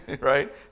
Right